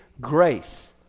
grace